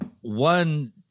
one